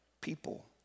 People